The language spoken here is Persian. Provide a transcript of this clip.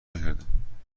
نکردم